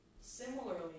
similarly